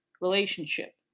relationship